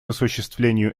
осуществлению